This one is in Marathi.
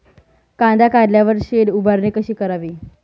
कांदा काढल्यावर शेड उभारणी कशी करावी?